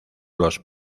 los